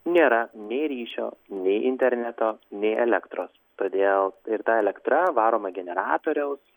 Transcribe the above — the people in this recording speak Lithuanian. nėra nei ryšio nei interneto nei elektros todėl ir ta elektra varoma generatoriaus